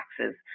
taxes